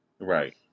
right